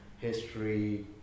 history